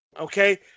okay